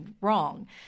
wrong